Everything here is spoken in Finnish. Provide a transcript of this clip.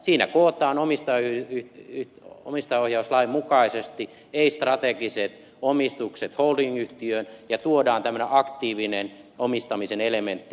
siinä kootaan omistajaohjauslain mukaisesti ei strategiset omistukset holdingyhtiöön ja tuodaan tämmöinen aktiivinen omistamisen elementti